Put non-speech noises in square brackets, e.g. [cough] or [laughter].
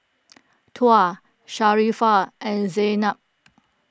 [noise] Tuah Sharifah and Zaynab